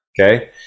okay